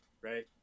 right